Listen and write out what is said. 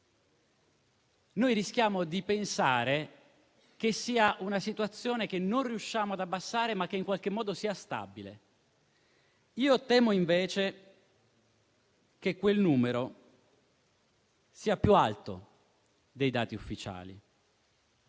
rischiamo di pensare che sia una situazione di numeri che non riusciamo ad abbassare, ma che in qualche modo è stabile. Temo invece che quel numero sia più alto dei dati ufficiali: